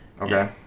Okay